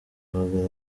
bagaragara